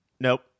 nope